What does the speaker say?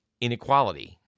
inequality